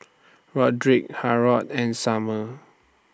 Rodrick Harrold and Summer